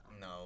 No